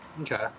okay